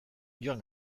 joan